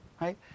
Right